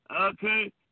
Okay